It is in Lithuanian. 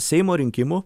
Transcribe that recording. seimo rinkimų